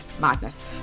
madness